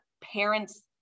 parents